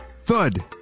thud